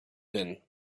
din